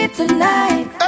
tonight